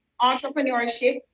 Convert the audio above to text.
entrepreneurship